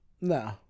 No